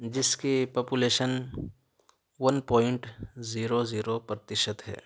جس کی population one point zero zero پرتیشت ہے